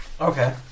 Okay